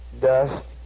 dust